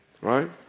right